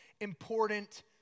important